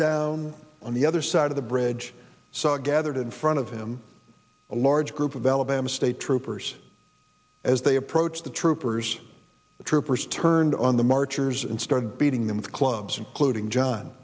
down on the other side of the bridge saw gathered in front of him a large group of alabama state troopers as they approached the troopers the troopers turned on the marchers and started beating them with clubs including john